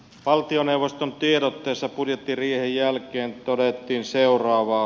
valtioneuvoston tiedotteessa budjettiriihen jälkeen todettiin seuraavaa